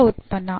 ಪೂರಕ ಉತ್ಪನ್ನ